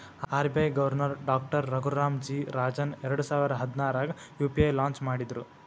RBI governor doctor Raghuram G Rajan ಎರಡಸಾವಿರ ಹದ್ನಾರಾಗ UPI launch ಮಾಡಿದ್ರು